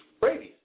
Brady's